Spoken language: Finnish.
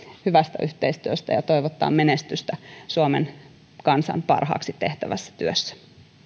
hyvästä yhteistyöstä ja toivottaa menestystä suomen kansan parhaaksi tehtävässä työssä